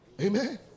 amen